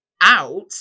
out